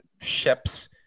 ships